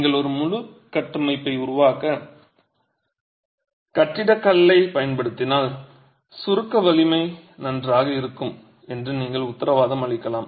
நீங்கள் ஒரு முழு கட்டமைப்பை உருவாக்க கட்டிடக் கல்லைப் பயன்படுத்தினால் சுருக்க வலிமை நன்றாக இருக்கும் என்று நீங்கள் உத்தரவாதம் அளிக்கலாம்